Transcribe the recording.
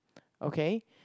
okay